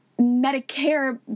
Medicare